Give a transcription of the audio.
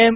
M